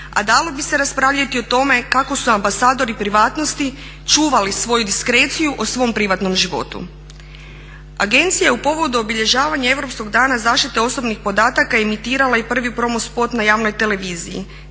a dalo bi se raspravljati i o tome kako su ambasadori privatnosti čuvali svoju diskreciju o svom privatnom životu. Agencija je povodom obilježavanja Europskog dana zaštite osobnih podataka emitirala i prvi promo spot na javnoj televiziji,